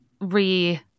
Re